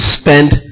spend